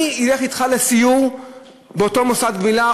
אני אלך אתך לסיור באותו מוסד גמילה,